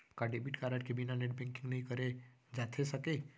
का debit card के बिना नेट बैंकिंग नई करे जाथे सके?